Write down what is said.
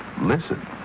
Listen